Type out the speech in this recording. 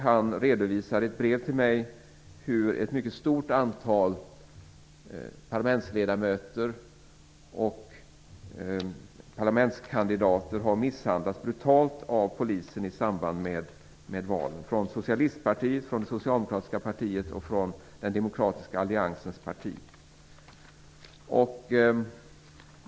Han redovisar i ett brev till mig hur ett mycket stort antal parlamentsledamöter och parlamentskandidater, från socialistpartiet, det socialdemokratiska partiet och den demokratiska alliansens parti har misshandlats brutalt av polisen i samband med valet.